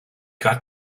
got